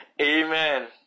Amen